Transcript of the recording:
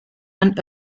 man